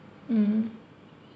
mm